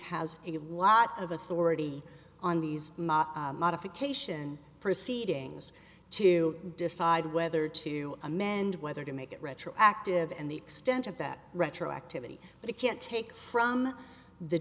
has a lot of authority on these modification proceedings to decide whether to amend whether to make it retroactive and the extent of that retroactivity but it can't take from the